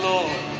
Lord